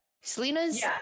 Selena's